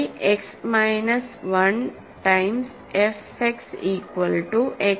X minus 1 times f x equal to x power p minus 1 ആണ്